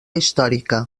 històrica